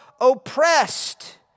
oppressed